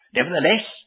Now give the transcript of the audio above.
Nevertheless